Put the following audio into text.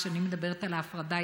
כשאני מדברת על ההפרדה,